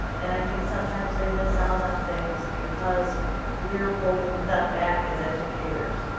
and i think sometimes they miss out on things because we are holding them back as educators.